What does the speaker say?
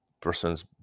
person's